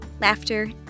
laughter